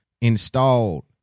installed